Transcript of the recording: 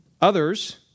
Others